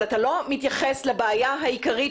אבל אתה לא מתייחס לבעיה העיקרית,